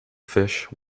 fish